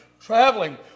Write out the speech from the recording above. traveling